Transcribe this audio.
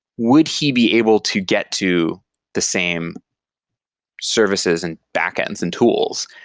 would he be able to get to the same services and backends and tools?